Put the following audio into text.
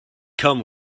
come